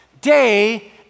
day